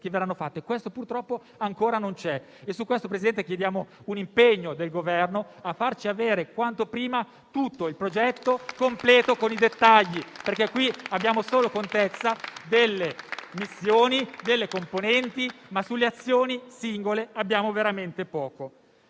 cui verranno fatte e questo, purtroppo, ancora non c'è. Signor Presidente del Consiglio, su questo chiediamo un impegno del Governo a farci avere quanto prima il progetto completo con i dettagli perché qui abbiamo solo contezza delle missioni e delle componenti, ma sulle azioni singole abbiamo veramente poco.